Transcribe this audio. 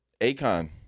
Akon